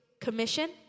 commission